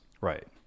right